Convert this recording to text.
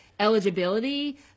eligibility